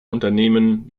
unternehmen